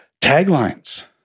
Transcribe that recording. Taglines